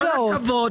2020,